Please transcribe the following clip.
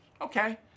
Okay